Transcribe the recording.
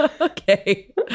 Okay